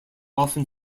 often